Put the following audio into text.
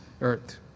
earth